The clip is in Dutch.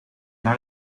naar